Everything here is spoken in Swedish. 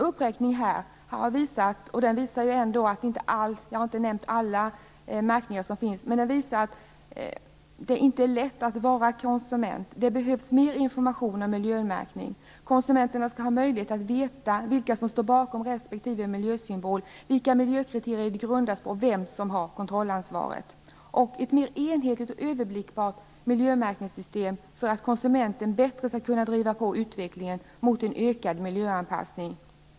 Jag har inte nämnt alla märkningar som finns. Men min uppräkning här visar att det inte är lätt att vara konsument. Det behövs mer information om miljömärkning. Konsumenterna skall ha möjlighet att veta vilka som står bakom respektive miljösymbol, vilka miljökriterier de grundas på och vem som har kontrollansvaret, och ett mer enhetligt och överblickbart miljömärkningssystem för att konsumenten bättre skall kunna driva på mot en ökad miljöanpassning.